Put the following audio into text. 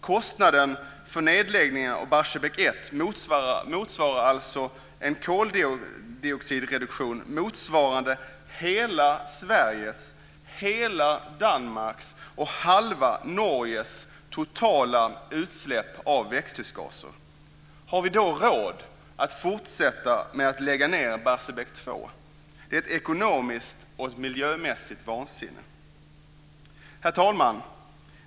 Kostnaden för nedläggningen av Barsebäck 1 motsvarar alltså en koldioxidreduktion jämförlig med hela Sveriges, hela Danmarks och halva Norges totala utsläpp av växthusgaser. Har vi då råd att fortsätta med att lägga ned Barsebäck 2? Det är ett ekonomiskt och miljömässigt vansinne. Herr talman!